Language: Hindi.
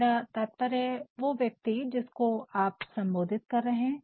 मेरा तात्पर्य है वो व्यक्ति जिसको आप संबोधित कर रहे है